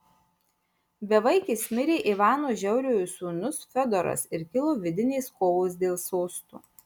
bevaikis mirė ivano žiauriojo sūnus fiodoras ir kilo vidinės kovos dėl sosto